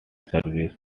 service